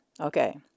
Okay